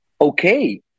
okay